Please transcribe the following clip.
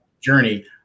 journey